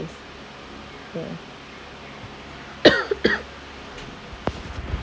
ya